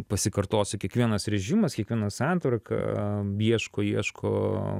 pasikartosiu kiekvienas režimas kiekviena santvarka ieško ieško